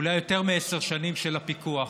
אלי יותר מעשר שנים, של הפיקוח.